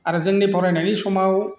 आरो जोंनि फरायनायनि समाव